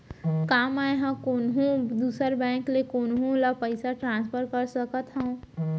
का मै हा कोनहो दुसर बैंक ले कोनहो ला पईसा ट्रांसफर कर सकत हव?